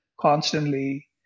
constantly